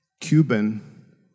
Cuban